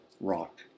rock